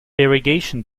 irrigation